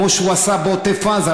כמו שהוא עשה בעוטף עזה,